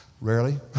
rarely